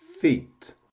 Feet